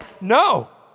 no